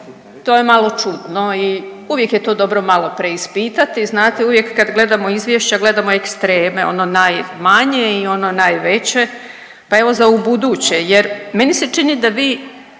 to je malo čudno i uvijek je to dobro malo preispitati. Znate uvijek kad gledamo izvješća gledamo ekstreme ono najmanje i ono najveće, pa evo za ubuduće jer meni se čini da vi